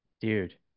Dude